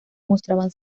mostraban